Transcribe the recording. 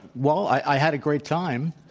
well, i had a great time.